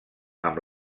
amb